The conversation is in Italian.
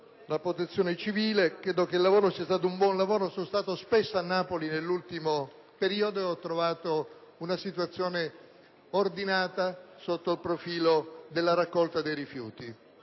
la Protezione civile. Credo che sia stato svolto un buon lavoro; mi sono recato spesso a Napoli nell'ultimo periodo e ho trovato una situazione ordinata sotto il profilo della raccolta dei rifiuti.